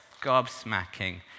gobsmacking